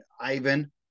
Ivan